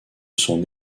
son